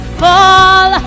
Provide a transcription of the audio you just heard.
fall